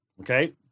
Okay